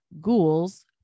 ghouls